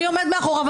מי עומד מאחוריו?